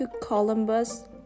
Columbus